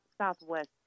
Southwest